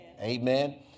Amen